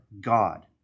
God